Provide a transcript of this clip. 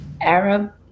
Arab